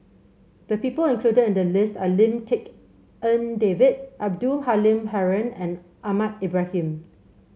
the people included in the list are Lim Tik En David Abdul Halim Haron and Ahmad Ibrahim